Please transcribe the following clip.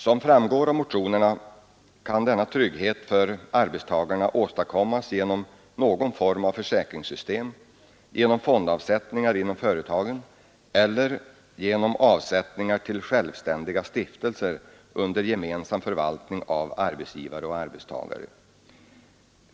Som framgår av motionerna kan denna trygghet för arbetstagarna åstadkommas genom någon form av försäkringssystem, genom fondavsättningar inom företagen eller genom avsättningar till självständiga stiftelser under gemensam förvaltning av arbetsgivare och arbetstagare.